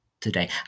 today